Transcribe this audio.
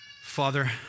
Father